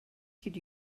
could